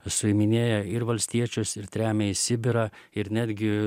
suiminėja ir valstiečius ir tremia į sibirą ir netgi